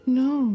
no